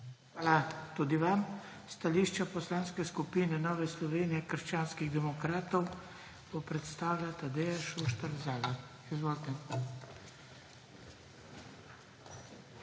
Hvala tudi vam. Stališče Poslanske skupine Nove Slovenije - krščanskih demokratov bo predstavila Tadeja Šuštar Zalar. Izvolite.